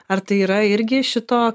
ar tai yra irgi šito